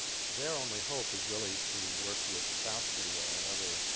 their only hope is really to work with south korea and other